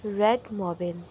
red موبین